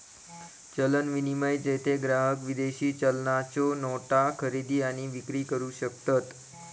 चलन विनिमय, जेथे ग्राहक विदेशी चलनाच्यो नोटा खरेदी आणि विक्री करू शकतत